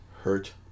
hurt